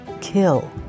kill